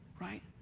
right